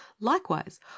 likewise